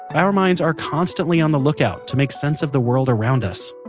our minds are constantly on the look out to make sense of the world around us.